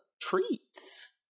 treats